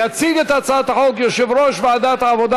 יציג את הצעת החוק יושב-ראש ועדת העבודה,